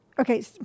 Okay